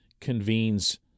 convenes